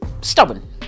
stubborn